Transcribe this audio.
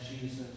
Jesus